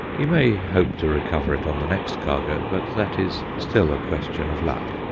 he may hope to recover it on the next cargo, but that is still a question of luck.